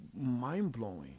mind-blowing